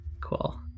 Cool